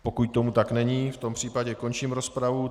Pokud tomu tak není, v tom případě končím rozpravu.